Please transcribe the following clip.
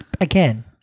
again